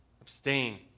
abstain